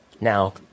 Now